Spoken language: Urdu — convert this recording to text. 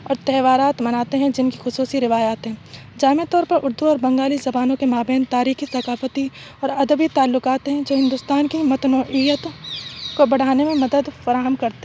اور تہوارات مناتے ہیں جن کی خصوصی روایات ہیں جامع طور پر اردو اور بنگالی زبانوں کے مابین تاریخی ثقافتی اور ادبی تعلقات ہیں جو ہندوستان کی متنوعیت کو بڑھانے میں مدد فراہم کرتے